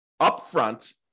upfront